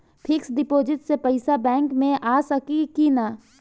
Fix deposit से पैसा back मे आ सकी कि ना?